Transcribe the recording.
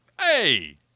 Hey